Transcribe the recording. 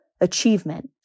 Achievement